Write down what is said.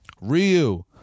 Ryu